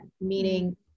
meaning